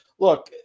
Look